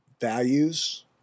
values